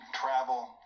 travel